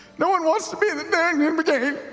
no one wants to be in the darrington brigade.